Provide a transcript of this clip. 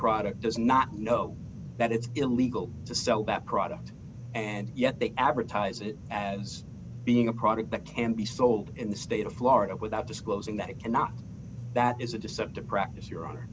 product does not know that it's illegal to sell product and yet they advertise it as being a product that can be sold in the state of florida without disclosing that it cannot that is a deceptive practice your hon